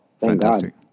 Fantastic